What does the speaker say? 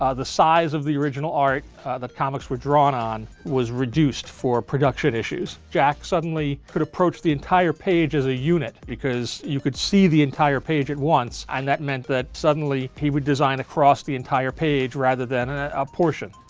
ah the size of the original art that comics were drawn on was reduced for production issues. jack suddenly could approach the entire page as a unit, because you could see the entire page at once. and that meant that suddenly he would design across the entire page rather than a portion.